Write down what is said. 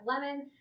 lemon